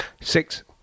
Six